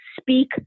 speak